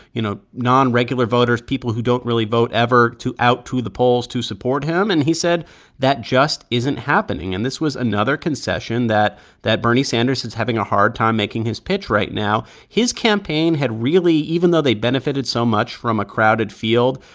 you know, non-regular voters people who don't really vote ever out to the polls to support him. and he said that just isn't happening and this was another concession that that bernie sanders is having a hard time making his pitch right now. his campaign had really even though they benefited so much from a crowded field,